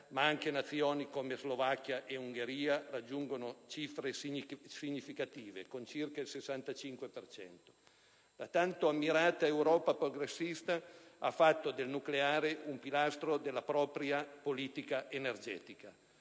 ma anche Nazioni come Slovacchia e Ungheria raggiungono cifre significative con circa il 65 per cento. La tanto ammirata Europa progressista ha fatto del nucleare un pilastro della propria politica energetica.